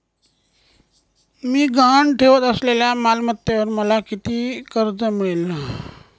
मी गहाण ठेवत असलेल्या मालमत्तेवर मला किती कर्ज मिळेल?